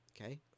Okay